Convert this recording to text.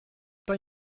pas